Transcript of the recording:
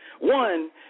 One